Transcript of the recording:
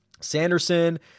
Sanderson